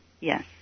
Yes